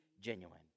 genuine